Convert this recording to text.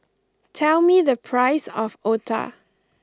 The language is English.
tell me the price of Otah